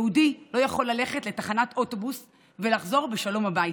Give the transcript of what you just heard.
יהודי לא יכול ללכת לתחנת אוטובוס ולחזור בשלום הביתה?